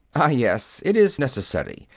ah, yes, it is necessary.